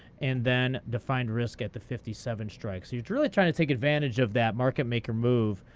and then defined risk at the fifty seven strike. so you're really trying to take advantage of that market maker move.